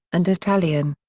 and italian.